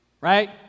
Right